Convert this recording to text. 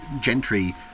gentry